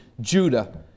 Judah